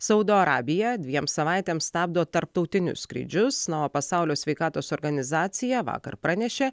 saudo arabija dviems savaitėms stabdo tarptautinius skrydžius na o pasaulio sveikatos organizacija vakar pranešė